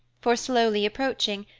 for, slowly approaching,